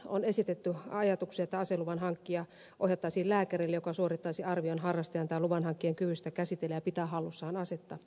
on esitetty ajatuksia että aseluvan hankkija ohjattaisiin lääkärille joka suorittaisi arvion harrastajan tai luvan hankkijan kyvystä käsitellä ja pitää hallussaan asetta